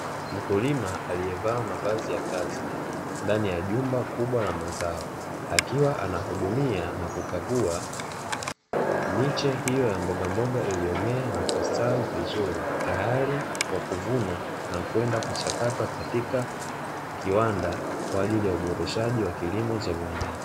Mkulima aliyevaa mavazi ya kazi ndani ya jumba kubwa la mazao, akiwa anahudumia na kukagua miche hiyo ya mbogamboga iliyo mea na kustawi vizuri tayari kwa kuvunwa na kwenda kuchakatwa katika kiwanda kwaajili ya uboreshaji wa kilimo cha viwandani.